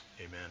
Amen